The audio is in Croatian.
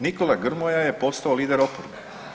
Nikola Grmoja je postao lider oporbe.